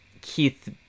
Keith